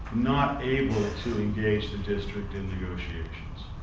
not able to engage the district in negotiations.